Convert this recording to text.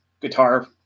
guitar